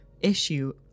issue